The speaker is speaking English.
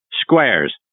Squares